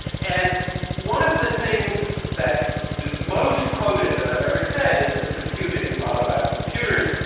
and one of the things that is most quoted that i've ever said is that computing is not about computers,